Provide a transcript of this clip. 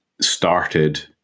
started